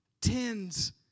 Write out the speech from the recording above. tens